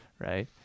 right